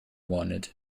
wanted